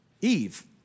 Eve